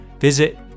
Visit